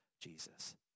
Jesus